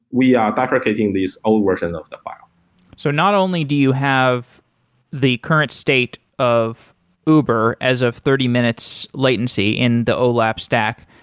we are back rotating these old version of the file so not only do you have the current state of uber as of thirty minutes latency in the olap stack,